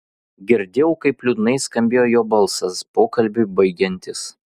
girdėjau kaip liūdnai skambėjo jo balsas pokalbiui baigiantis